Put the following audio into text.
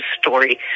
story